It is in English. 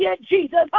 Jesus